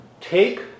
Take